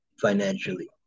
financially